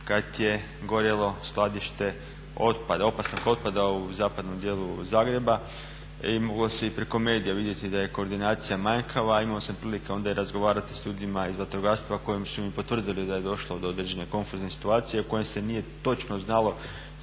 kad je gorjelo skladište otpada, opasnog otpada u zapadnom dijelu Zagreba i moglo se i preko medija vidjeti da je koordinacija manjkava, a imao sam prilike onda i razgovarati s ljudima iz vatrogastva koji su mi potvrdili da je došlo do određene konfuzne situacije u kojoj se nije točno znalo